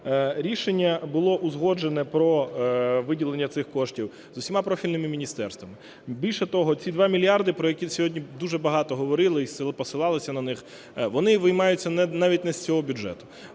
Рішення було узгоджено про виділення цих коштів з усіма профільними міністерствами. Більше того, ці 2 мільярди, про які сьогодні дуже багато говорили і посилалися на них, вони виймаються навіть не з цього бюджету.